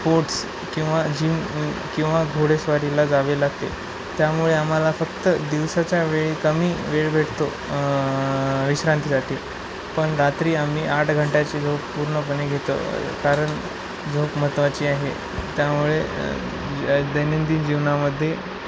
sports किंवा gym किंवा घोडेस्वारीला जावे लागते त्यामुळे आम्हाला फक्त दिवसाच्या वेळी कमी वेळ भेटतो विश्रांतीसाठी पण रात्री आम्ही आठ घंट्याची झोप पूर्णपणे घेतो कारण झोप महत्त्वाची आहे त्यामुळे दैनंदिन जीवनामध्ये